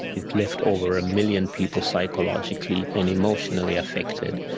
it left over a million people psychologically and emotionally affected,